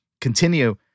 continue